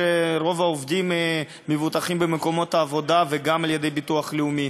רוב העובדים מבוטחים במקומות העבודה וגם בביטוח לאומי,